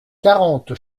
quarante